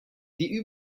die